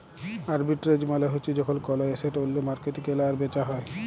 arbitrage মালে হ্যচ্যে যখল কল এসেট ওল্য মার্কেটে কেলা আর বেচা হ্যয়ে